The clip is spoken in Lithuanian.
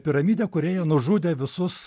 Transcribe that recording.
piramidę kurioje nužudė visus